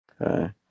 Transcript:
Okay